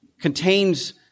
contains